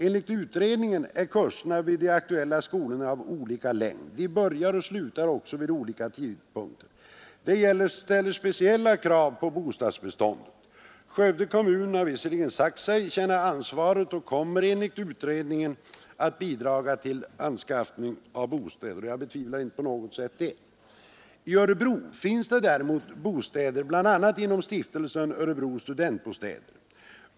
Enligt utredningen är kurserna i de aktuella skolorna av olika längd. De börjar och slutar också vid olika tidpunkter. Detta ställer speciella krav på bostadsbeståndet. Skövde kommun har sagt sig känna ansvaret och kommer enligt utredningen att bidraga till anskaffning av bostäder. Jag betvivlar inte detta på något sätt. I Örebro finns det däremot bostäder bland annat inom Stiftelsen Örebro studentbostäder.